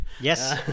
Yes